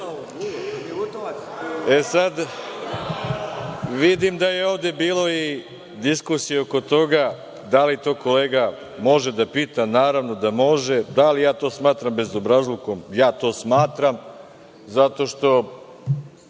vidim da je ovde bilo i diskusije oko toga da li to kolega može da pita. Naravno da može. Da li to smatram bezobrazlukom? Smatram, zato što